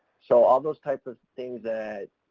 so all those types of things that,